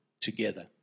together